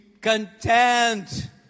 content